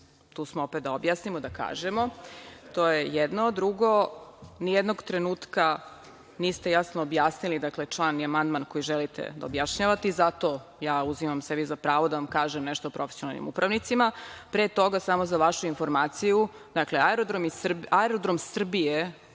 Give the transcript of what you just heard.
Tu smo opet da objasnimo, da kažemo. To je jedno. Drugo, ni jednog trenutka niste jasno objasnili član i amandman koji želite da objašnjavate i zato ja uzimam sebi za pravo da vam kažem nešto o profesionalnim upravnicima. Pre toga, samo za vašu informaciju, dakle aerodrom Srbije,